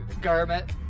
garment